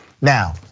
Now